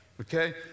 okay